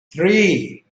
three